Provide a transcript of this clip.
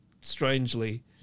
strangely